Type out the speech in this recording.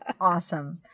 awesome